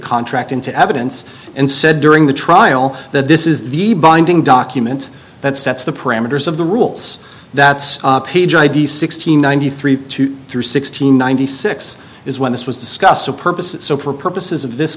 contract into evidence and said during the trial that this is the binding document that sets the parameters of the rules that's page id's sixteen ninety three two three sixteen ninety six is when this was discussed the purpose so for purposes of this